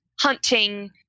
hunting